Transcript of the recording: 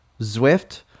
zwift